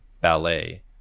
ballet